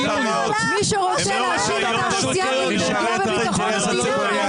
--- מי שרוצה להאשים את עמוס ידלין בפגיעה בביטחון המדינה,